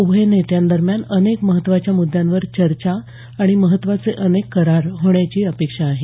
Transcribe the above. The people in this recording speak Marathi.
उभय नेत्यांदरम्यान अनेक महत्त्वाच्या मुद्द्यांवर चर्चा आणि महत्त्वाचे अनेक करार होण्याची अपेक्षा आहे